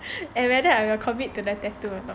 and whether I will commit to the tattoo or not